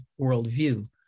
worldview